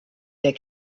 der